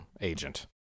agent